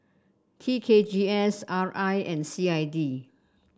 T K G S R I and C I D